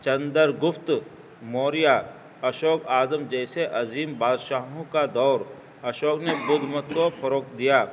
چندر گفت موریہ اشوک اعظم جیسے عظیم بادشاہوں کا دور اشوک نے بدھ متو فروغ دیا